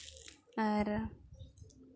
ᱟᱨ